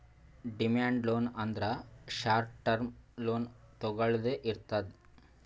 demand loan ಅಂದ್ರ short term loan ತೊಗೊಳ್ದೆ ಇರ್ತದ್